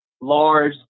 large